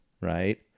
right